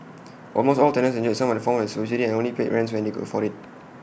almost all tenants enjoyed someone form of subsidy and some only paid rents when they could afford IT